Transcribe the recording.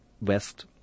west